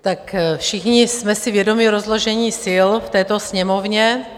Tak všichni jsme si vědomi rozložení sil v této Sněmovně.